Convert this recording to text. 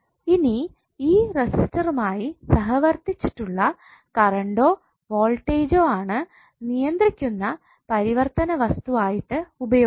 ഇനി ഈ റെസിസ്റ്ററുമായി സഹവർത്തിച്ചിട്ടുള്ള കറണ്ടൊ വോൾടേജ്ജോ ആണ് നിയന്ത്രിക്കുന്ന പരിവർത്തിതവസ്തു ആയിട്ട് ഉപയോഗിക്കുന്നത്